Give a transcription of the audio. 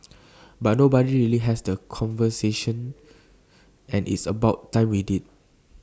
but nobody really has that conversation and it's about time we did